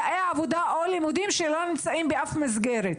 עבודה או לימודים שלא נמצאים באף מסגרת.